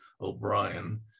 O'Brien